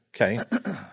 Okay